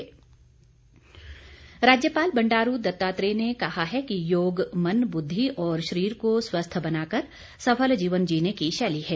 राज्यपाल राज्यपाल बंडारू दत्तात्रेय ने कहा है कि योग मन बुद्धि और शरीर को स्वस्थ बनाकर सफल जीवन जीने की शैली है